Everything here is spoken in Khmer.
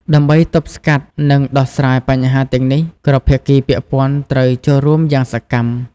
ដើម្បីទប់ស្កាត់នឹងដោះស្រាយបញ្ហាទាំងនេះ គ្រប់ភាគីពាក់ព័ន្ធត្រូវចូលរួមយ៉ាងសកម្ម។